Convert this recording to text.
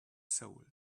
soul